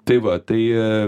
tai va tai